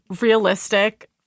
realistic